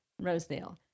Rosedale